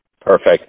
Perfect